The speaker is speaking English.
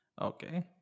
Okay